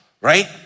Right